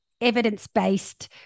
evidence-based